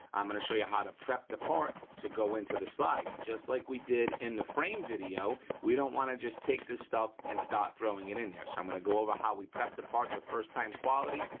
i'm gonna show you how to prep the parts to go into the slide just like we did in the frame video. we don't wanna just take this stuff and start throwing it in there. so, i'm gonna go over how we prep the parts for first time quality.